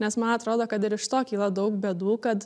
nes man atrodo kad ir iš to kyla daug bėdų kad